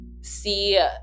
see